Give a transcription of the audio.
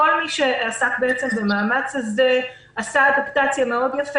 כל מי שעסק במאמץ הזה עשה אדפטציה יפה מאוד.